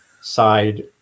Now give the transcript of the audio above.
side